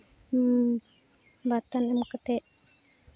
ᱵᱟᱛᱟᱱ ᱮᱢ ᱠᱟᱛᱮᱫ